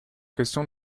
question